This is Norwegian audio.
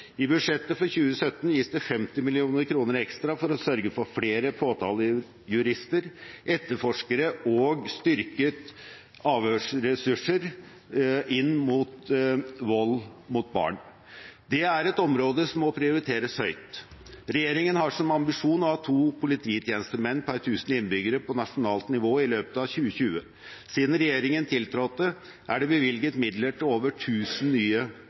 I budsjettet for 2017 gis det 50 mill. kr ekstra for å sørge for flere påtalejurister, etterforskere og styrkede avhørsressurser inn mot vold mot barn. Det er et område som må prioriteres høyt. Regjeringen har som ambisjon å ha to polititjenestemenn per 1 000 innbyggere på nasjonalt nivå i løpet av 2020. Siden regjeringen tiltrådte, er det bevilget midler til over 1 000 nye